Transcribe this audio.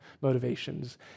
motivations